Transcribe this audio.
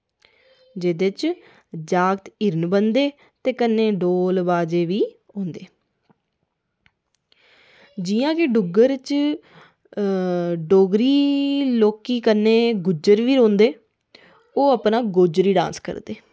जेह्दे च जागत हिरण बनदे ते कन्नै ढोल बाजे बी होंदे जियां की डुग्गर च डोगरी लोकें कन्नै गुज्जर बी औंदे ओह् अपना गोजरी डांस करदे